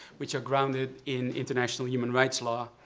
which are grounded in international human rights law.